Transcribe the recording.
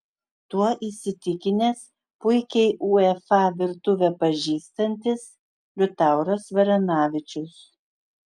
tuo įsitikinęs puikiai uefa virtuvę pažįstantis liutauras varanavičius